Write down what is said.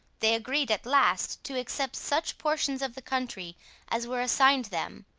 they agreed at last to accept such portions of the country as were assigned them,